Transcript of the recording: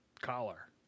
collar